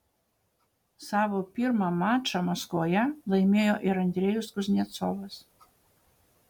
savo pirmą mačą maskvoje laimėjo ir andrejus kuznecovas